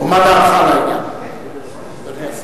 ומה דעתך על העניין.